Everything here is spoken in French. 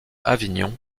avignon